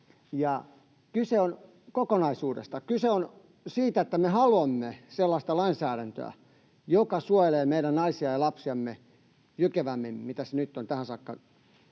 Kyse on kokonaisuudesta, kyse on siitä, että me haluamme sellaista lainsäädäntöä, joka suojelee meidän naisiamme ja lapsiamme jykevämmin kuin mitä se nyt tähän saakka